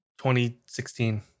2016